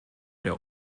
der